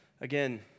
Again